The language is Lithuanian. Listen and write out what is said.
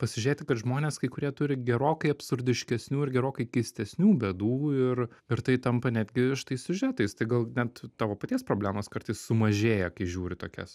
pasižiūrėti kad žmonės kai kurie turi gerokai absurdiškesnių ir gerokai keistesnių bėdų ir ir tai tampa netgi šitais siužetais tai gal net tavo paties problemos kartais sumažėja kai žiūri tokias